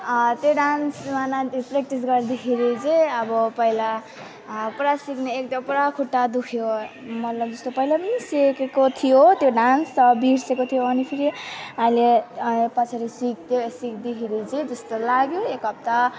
त्यो डान्स गर्न प्रेक्टिस गर्दाखेरि चाहिँ अब पहिला पुरा सिक्ने एकदम पुरा खुट्टा दुख्यो मतलब जस्तो पहिला पनि सिकेको थियो त्यो डान्स तर बिर्सेको थियो अनि फेरि अहिले पछाडि सिक्दै सिक्दैखेरि चाहिँ त्यस्तो लाग्यो एक हप्ता